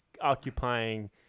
occupying